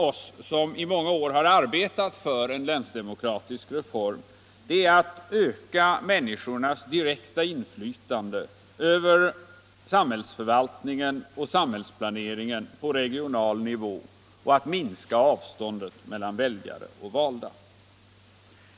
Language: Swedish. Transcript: Vi som i många år har arbetat för en länsdemokratisk reform har haft det syftet att öka människornas direkta inflytande över samhällsförvaltningen och samhällsplaneringen på regional nivå och att minska avståndet mellan väljare och valda.